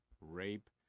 rape